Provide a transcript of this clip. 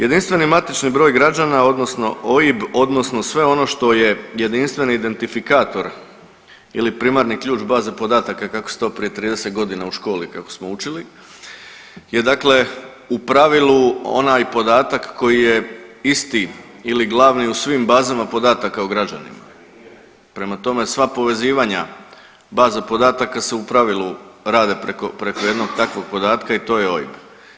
JMBG odnosno OIB odnosno sve ono što je jedinstveni identifikator ili primarni ključ baze podataka kako se to prije 30 godina u školi kako smo učili je dakle u pravilu onaj podatak koji je isti ili glavni u svim bazama podataka u građana, prema tome sva povezivanja baza podataka se u pravilu rade preko jednog takvog podatka i to je OIB.